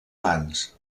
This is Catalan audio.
mans